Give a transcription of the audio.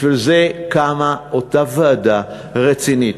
בשביל זה קמה אותה ועדה רצינית.